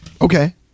Okay